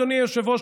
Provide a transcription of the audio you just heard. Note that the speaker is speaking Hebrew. אדוני היושב-ראש,